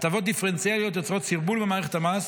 הטבות דיפרנציאליות יוצרות סרבול במערכת המס